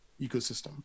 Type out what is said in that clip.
ecosystem